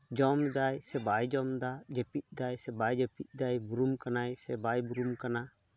ᱡᱚᱢ ᱫᱟᱭ ᱥᱮ ᱵᱟᱭ ᱡᱚᱢ ᱮᱫᱟ ᱡᱟᱹᱯᱤᱫ ᱫᱟᱭ ᱥᱮ ᱵᱟᱭ ᱡᱟᱹᱯᱤᱫ ᱫᱟᱭ ᱵᱩᱨᱩᱢ ᱠᱟᱱᱟ ᱥᱮ ᱵᱟᱭ ᱵᱩᱨᱩᱢ ᱠᱟᱱᱟ